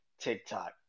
TikTok